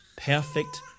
perfect